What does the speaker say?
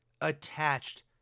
attached